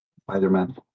Spider-Man